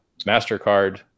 MasterCard